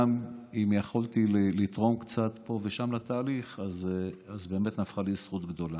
ואם יכולתי גם לתרום קצת פה ושם לתהליך אז באמת נפלה בחלקי זכות גדולה.